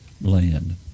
land